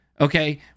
Okay